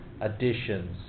additions